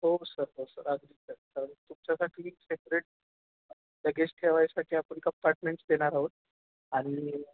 हो सर हो सर अगदी स तुमच्यासाठी एक सेपरेट लगेज ठेवायसाठी आपण कंपार्टमेंट्स देणार आहोत आणि